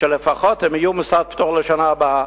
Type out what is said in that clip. שלפחות הם יהיו מוסד פטור לשנה הבאה.